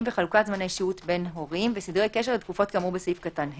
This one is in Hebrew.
וחלוקת זמני שהות בין הורים וסדרי קשר לתקופות כאמור בסעיף קטן (ה)